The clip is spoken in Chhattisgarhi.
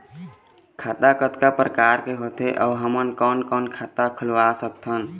खाता कतका प्रकार के होथे अऊ हमन कोन कोन खाता खुलवा सकत हन?